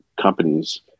companies